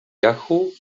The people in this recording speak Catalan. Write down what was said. yahoo